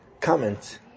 comment